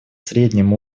средним